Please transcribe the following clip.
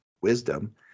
wisdom